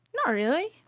not really,